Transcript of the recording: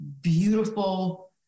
beautiful